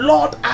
Lord